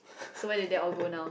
so where did that all go now